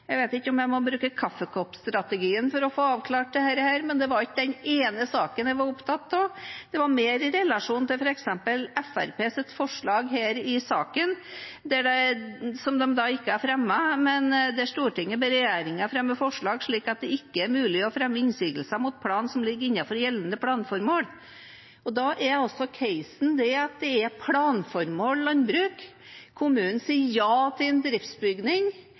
Jeg vet ikke om jeg må bruke kaffekoppstrategien for å få avklart dette, men det var ikke den ene saken jeg var opptatt av, det var mer i relasjon til f.eks. Fremskrittspartiets forslag her i saken, som de ikke har fremmet, om at Stortinget ber regjeringen fremme forslag om at det ikke skal være mulig å fremme innsigelser mot en plan som ligger innenfor gjeldende planformål. Da er altså casen at det er planformål landbruk, kommunen sier ja til en driftsbygning,